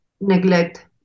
neglect